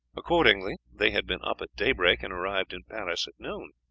accordingly, they had been up at daybreak, and arrived in paris at noon.